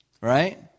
Right